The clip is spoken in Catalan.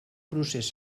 procés